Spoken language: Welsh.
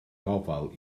gofal